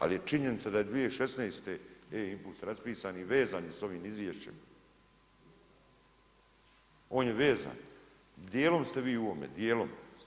Ali je činjenica da je 2016. e-impuls raspisan i vezani je s ovim izvješćem, on je vezan, dijelom ste vi u ovome, dijelom.